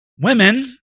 Women